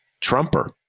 Trumper